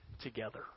together